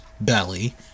belly